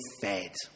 fed